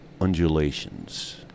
undulations